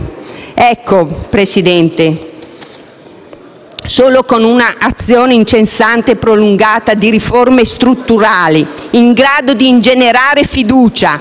meno? Presidente, serve un'azione incessante e prolungata di riforme strutturali, in grado di ingenerare fiducia,